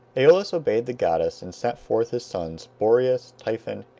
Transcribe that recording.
aeolus obeyed the goddess and sent forth his sons, boreas, typhon,